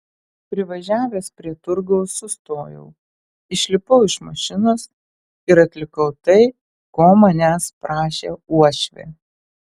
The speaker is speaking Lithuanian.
privažiavęs prie turgaus sustojau išlipau iš mašinos ir atlikau tai ko manęs prašė uošvė